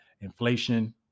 inflation